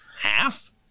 Half